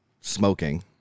smoking